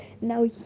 Now